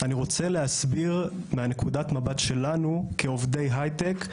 אני רוצה להסביר מנקודת המבט שלנו כעובדי היי-טק,